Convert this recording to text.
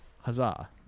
Huzzah